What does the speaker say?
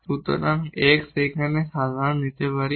সুতরাং x আমরা এখানে সাধারণ নিতে পারি